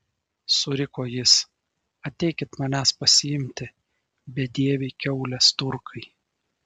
suriko jis ateikit manęs pasiimti bedieviai kiaulės turkai